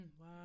wow